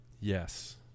Yes